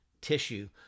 tissue